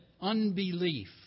unbelief